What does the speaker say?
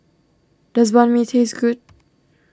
does Banh Mi taste good